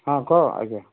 ହଁ କ ଆଜ୍ଞା